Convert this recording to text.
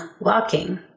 walking